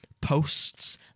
posts